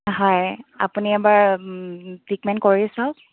হয় আপুনি এবাৰ ট্ৰিটমেণ্ট কৰি চাওক